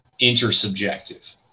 intersubjective